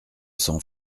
sang